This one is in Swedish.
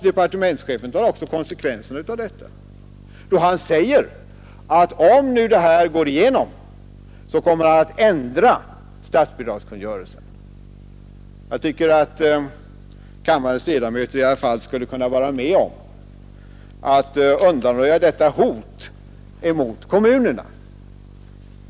Departementschefen tar också konsekvenserna härav, då han säger att om detta går igenom kommer han att ändra statsbidragskungörelsen. Jag tycker att kammarens ledamöter i varje fall skulle kunna vara med om att undanröja detta hot mot kommunerna.